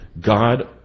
God